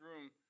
room